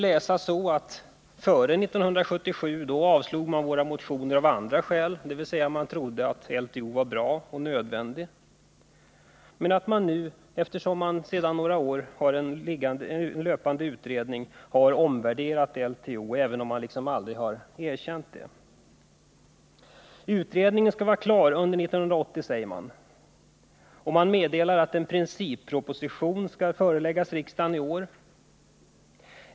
Före 1977 avslog man våra motioner av andra skäl, dvs. man trodde att LTO var bra och nödvändig. Men genom att tillsätta utredningen har man omvärderat LTO, även om man aldrig har erkänt det. Utredningen skall vara klar under 1980, säger man, och meddelar att en principproposition skall föreläggas riksdagen i år.